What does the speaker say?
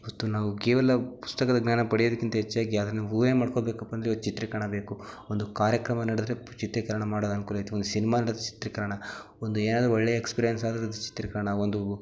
ಇವತ್ತು ನಾವು ಕೇವಲ ಪುಸ್ತಕದ ಜ್ಞಾನ ಪಡೆಯೋದಕ್ಕಿಂತ ಹೆಚ್ಚಾಗಿ ಅದನ್ನು ಊಹೇ ಮಾಡ್ಕೋಬೇಕಪ್ಪಂದರೆ ಇವತ್ತು ಚಿತ್ರೀಕರಣ ಬೇಕು ಒಂದು ಕಾರ್ಯಕ್ರಮ ನಡೆದ್ರೆ ಚಿತ್ರೀಕರಣ ಮಾಡೋದು ಅನ್ಕೂಲ ಆಯಿತು ಒಂದು ಸಿನಿಮಾ ನಡದ್ರೆ ಚಿತ್ರೀಕರಣ ಒಂದು ಏನಾದರು ಒಳ್ಳೆಯ ಎಕ್ಸ್ಪೀರಿಯನ್ಸ್ ಆದ್ರೆ ಅದು ಚಿತ್ರೀಕರಣ ಒಂದು